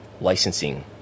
licensing